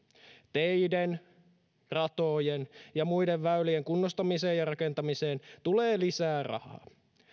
teiden ratojen ja muiden väylien kunnostamiseen ja rakentamiseen tulee lisää rahaa